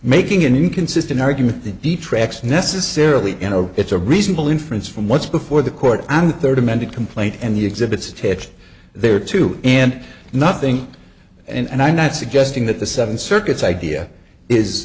making an inconsistent argument that the tracks necessarily you know it's a reasonable inference from what's before the court on the third amended complaint and the exhibits attached there too and nothing and i'm not suggesting that the seven circuits idea is